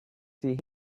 see